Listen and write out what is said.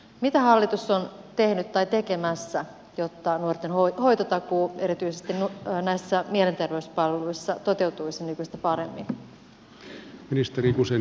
mitä hallitus on tehnyt tai tekemässä jotta nuorten hoitotakuu erityisesti näissä mielenterveyspalveluissa toteutuisi nykyistä paremmin